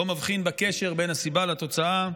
לא מבין בקשר בין הסיבה לתוצאה.